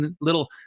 little